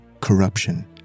corruption